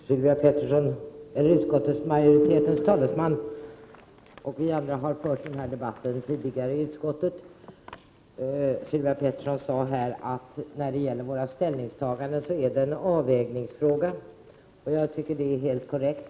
Herr talman! Utskottsmajoritetens talesman, Sylvia Pettersson, och vi andra har fört den här debatten tidigare i utskottet. Sylvia Pettersson sade här att våra ställningstaganden innebär en avvägning. Jag tycker att det är helt korrekt.